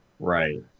Right